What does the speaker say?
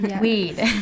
weed